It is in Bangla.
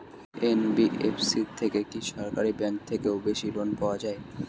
এন.বি.এফ.সি থেকে কি সরকারি ব্যাংক এর থেকেও বেশি লোন পাওয়া যায়?